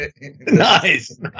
nice